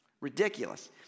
ridiculous